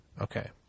Okay